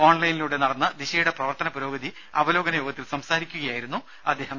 ഓൺലൈനിലൂടെ നടന്ന ദിശ യുടെ പ്രവർത്തന പുരോഗതി അവലോകന യോഗത്തിൽ സംസാരിക്കുകയായിരുന്നു അദ്ദേഹം